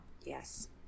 yes